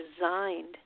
resigned